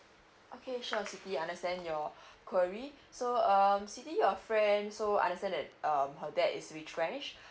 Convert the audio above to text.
okay sure siti understand your query so um siti your friend so I understand that um her dad is retrench